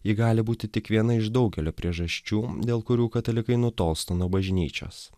ji gali būti tik viena iš daugelio priežasčių dėl kurių katalikai nutolsta nuo bažnyčios